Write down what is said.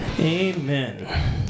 amen